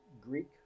Greek